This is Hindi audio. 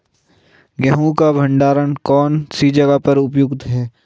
गेहूँ का भंडारण कौन सी जगह पर उपयुक्त है?